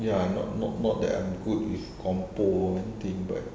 ya not not not that I'm good with compo~ and thing but